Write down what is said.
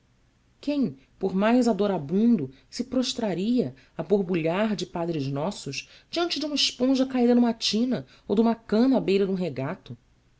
quem por mais adorabundo se prostraria a borbulhar de padre nossos diante de uma esponja caída numa tina ou de uma cana à beira de um regato